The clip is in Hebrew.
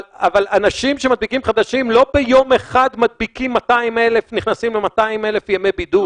אבל אנשים חדשים שמדביקים לא ביום אחד נכנסים ל-200,000 ימי בידוד.